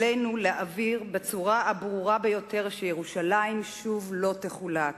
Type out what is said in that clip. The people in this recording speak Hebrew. עלינו להבהיר בצורה הברורה ביותר שירושלים שוב לא תחולק.